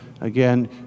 again